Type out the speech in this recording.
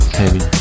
heavy